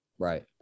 Right